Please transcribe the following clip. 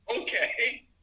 Okay